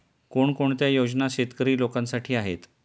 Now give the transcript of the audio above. कोणकोणत्या योजना शेतकरी लोकांसाठी आहेत?